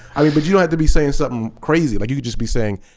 i mean, but you don't have to be saying something crazy, like you could just be saying,